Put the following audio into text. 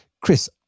Chris